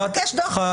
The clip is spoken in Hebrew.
תבקש דוח,